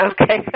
Okay